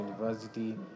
university